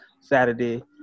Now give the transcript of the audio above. Saturday